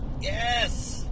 Yes